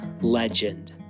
legend